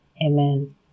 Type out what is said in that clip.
Amen